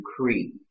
decree